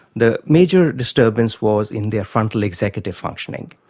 the major disturbance was in their frontal executive functioning.